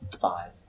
five